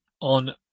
on